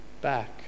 back